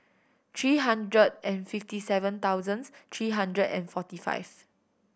three hundred and fifty seven thousand three hundred and forty five